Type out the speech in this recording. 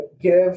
give